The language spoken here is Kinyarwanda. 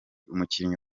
umukinnyi